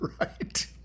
right